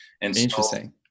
Interesting